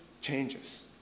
changes